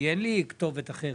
אין לי כתובת אחרת.